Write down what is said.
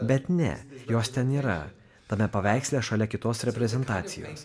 bet ne jos ten yra tame paveiksle šalia kitos reprezentacijos